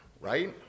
right